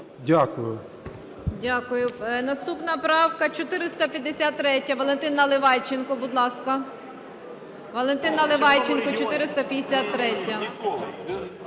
Дякую. Наступна правка 453. Валентин Наливайченко, будь ласка. Валентин Наливайченко, 453-я.